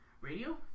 radio